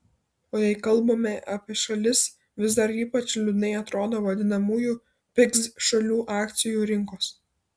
o jei kalbame apie šalis vis dar ypač liūdnai atrodo vadinamųjų pigs šalių akcijų rinkos